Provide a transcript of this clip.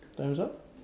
time's up